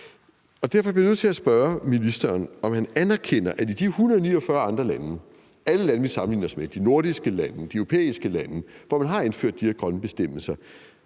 Derfor bliver jeg nødt til at spørge ministeren, om han anerkender, at i de 149 andre lande, altså alle lande, vi sammenligner os med – de nordiske lande og de europæiske lande, hvor man har indført de her grønne bestemmelser